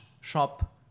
shop